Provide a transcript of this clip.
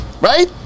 right